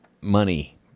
money